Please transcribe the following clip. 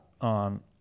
on